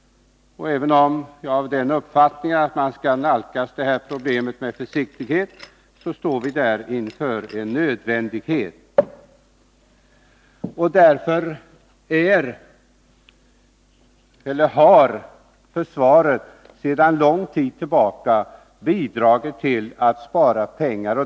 Även om jag är av den uppfattningen att man skall nalkas åtgärderna på det området med försiktighet, måste jag konstatera att vi här står inför en nödvändighet. Mot den bakgrunden vill jag säga att försvaret sedan lång tid tillbaka har bidragit till att spara pengar.